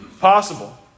possible